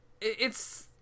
it's-